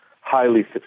highly